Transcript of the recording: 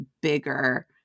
bigger